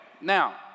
now